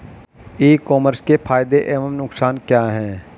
ई commerce के फायदे एवं नुकसान क्या हैं?